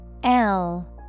-L